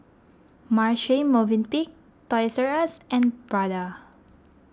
Marche Movenpick Toys R U S and Prada